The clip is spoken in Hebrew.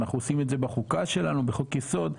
אנחנו עושים את זה בחוקה שלנו בחוק יסוד,